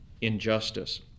injustice